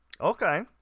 Okay